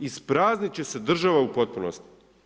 Ispraznit će se država u potpunosti.